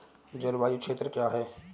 जलवायु क्षेत्र क्या है?